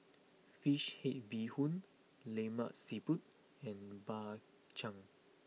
Fish Head Bee Hoon Lemak Siput and Bak Chang